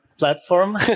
platform